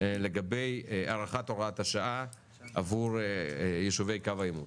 לגבי הארכת הוראת השעה עבור יישובי קו העימות.